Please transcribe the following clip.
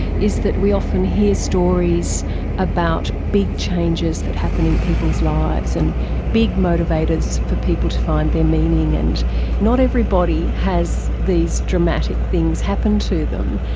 is that we often hear stories about big changes that happen in people's lives and big motivators for people to find their meaning. and not everybody has these dramatic things happen to them.